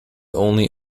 only